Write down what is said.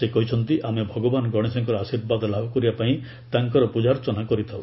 ସେ କହିଛନ୍ତି ଆମେ ଭଗବାନ ଗଣେଶଙ୍କର ଆଶୀର୍ବାଦ ଲାଭ କରିବା ପାଇଁ ତାଙ୍କର ପୂଜାର୍ଚ୍ଚନା କରିଥାଉ